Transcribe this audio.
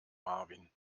marvin